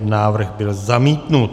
Návrh byl zamítnut.